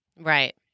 Right